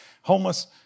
homeless